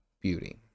beauty